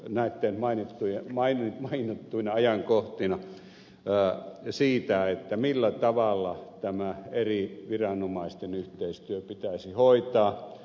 näytteen mainittujen maiden poliisimiehenä näinä mainittuina ajankohtina siitä millä tavalla tämä eri viranomaisten yhteistyö pitäisi hoitaa